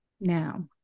now